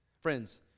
Friends